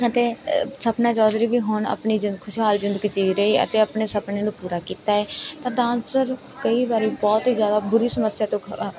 ਅਤੇ ਸਪਨਾ ਚੌਧਰੀ ਵੀ ਹੁਣ ਆਪਣੀ ਜਿ ਖੁਸ਼ਹਾਲ ਜ਼ਿੰਦਗੀ ਜੀ ਰਹੀ ਅਤੇ ਆਪਣੇ ਸੁਪਨੇ ਨੂੰ ਪੂਰਾ ਕੀਤਾ ਹੈ ਤਾਂ ਡਾਂਸਰ ਕਈ ਵਾਰੀ ਬਹੁਤ ਹੀ ਜ਼ਿਆਦਾ ਬੁਰੀ ਸਮੱਸਿਆ ਤੋਂ ਖ